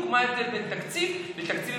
מה ההבדל בין תקציב לתקציב המשכי.